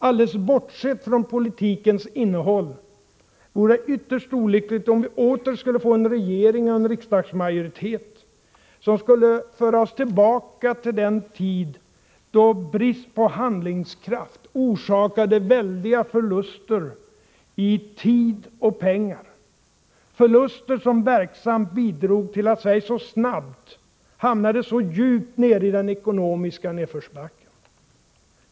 Alldeles bortsett från politikens innehåll vore det ytterst olyckligt om vi åter skulle få en regering och en riksdagsmajoritet som skulle föra oss tillbaka till den tid då brist på handlingskraft orsakade väldiga förluster i tid och pengar, förluster som verksamt bidrog till att Sverige så snabbt hamnade så djupt nere i den ekonomiska nedförsbacken.